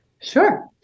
Sure